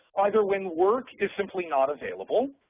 either when work is simply not available,